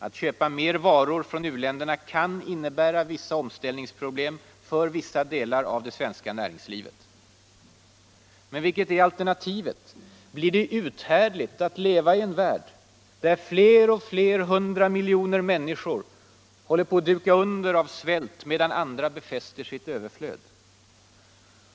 Att köpa mer varor från u-länderna kan innebära vissa omställningsproblem för vissa delar av det svenska näringslivet. Men vilket är alternativet? Blir det över huvud taget uthärdligt att leva i en värld där fler och fler hundra miljoner människor håller på att duka under av svält, medan andra befäster sitt överflöd?